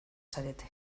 zarete